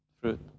fruit